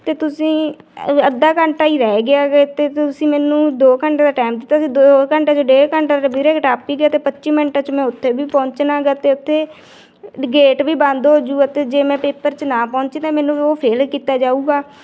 ਅਤੇ ਤੁਸੀਂ ਅੱਧਾ ਘੰਟਾ ਹੀ ਰਹਿ ਗਿਆ ਹੈਗਾ ਅਤੇ ਤੁਸੀਂ ਮੈਨੂੰ ਦੋ ਘੰਟਿਆਂ ਦਾ ਟਾਈਮ ਦਿੱਤਾ ਸੀ ਦੋ ਘੰਟਿਆਂ 'ਚੋਂ ਡੇਢ ਘੰਟਾ ਤਾਂ ਵੀਰੇ ਟੱਪ ਹੀ ਗਿਆ ਅਤੇ ਪੱਚੀ ਮਿੰਟ 'ਚ ਮੈਂ ਉੱਥੇ ਵੀ ਪਹੁੰਚਣਾ ਹੈਗਾ ਅਤੇ ਉੱਥੇ ਗੇਟ ਵੀ ਬੰਦ ਹੋਜੂ ਅਤੇ ਜੇ ਮੈਂ ਪੇਪਰ 'ਚ ਨਾ ਪਹੁੰਚੀ ਤਾਂ ਮੈਨੂੰ ਉਹ ਫੇਲ ਕੀਤਾ ਜਾਊਗਾ